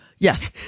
Yes